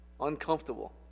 uncomfortable